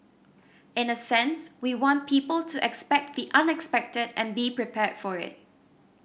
in a sense we want people to expect the unexpected and be prepared for it